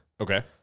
Okay